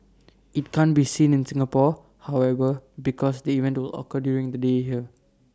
IT can't be seen in Singapore however because the event will occur during the day here